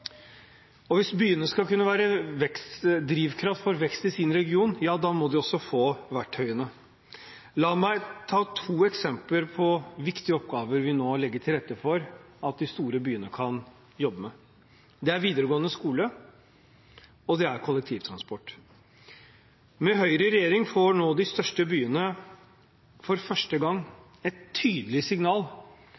Hvis byene skal kunne være drivkraft for vekst i sin region, må de også få verktøyene. La meg ta to eksempler på viktige oppgaver vi nå legger til rette for at de store byene kan jobbe med. Det er videregående skole, og det er kollektivtransport. Med Høyre i regjering får nå de største byene for første gang et tydelig signal